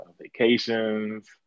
vacations